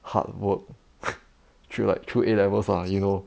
hard work through like through A levels lah you know